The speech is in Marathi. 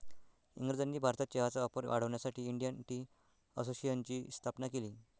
इंग्रजांनी भारतात चहाचा वापर वाढवण्यासाठी इंडियन टी असोसिएशनची स्थापना केली